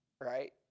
right